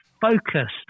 focused